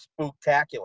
spooktacular